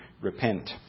repent